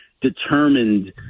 determined